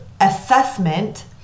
assessment